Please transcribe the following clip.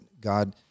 God